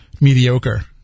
mediocre